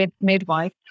midwife